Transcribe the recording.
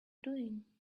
doing